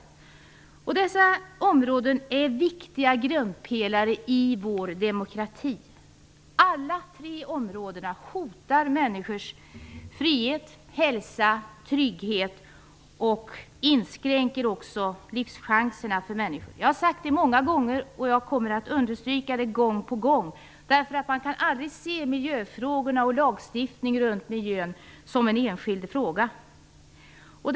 Åtgärder på dessa områden är viktiga grundpelare i vår demokrati. På alla tre områdena hotas människors frihet, hälsa och trygghet, och människors livschanser inskränks. Jag har sagt det många gånger, och jag kommer att understryka det gång på gång. Man kan nämligen aldrig se miljöfrågorna och lagstiftningen om miljön som enskilda frågor.